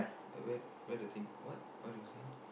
where where the pick what what do you say